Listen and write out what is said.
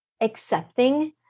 accepting